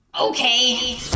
okay